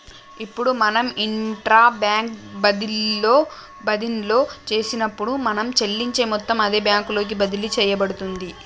ఇప్పుడు మనం intra bank బదిన్లో చేసినప్పుడు మనం చెల్లించే మొత్తం అదే బ్యాంకు లోకి బదిలి సేయబడుతుంది